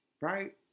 right